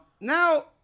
Now